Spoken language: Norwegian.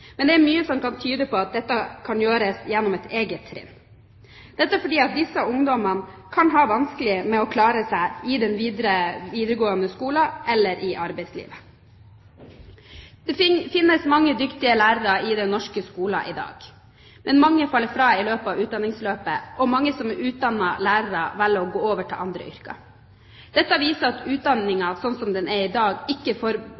Men det er mye som kan tyde på at dette kan gjøres gjennom et eget trinn – dette fordi disse ungdommene kan ha vanskelig for å klare seg i den videre videregående skole eller i arbeidslivet. Det finnes mange dyktige lærere i den norske skolen i dag, men mange faller fra i utdanningsløpet og mange som er utdannet lærer, velger å gå over til andre yrker. Dette viser at utdanningen slik den er i dag, ikke